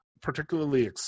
particularly